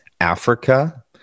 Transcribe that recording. africa